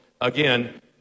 again